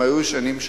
הם היו ישנים שם.